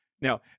Now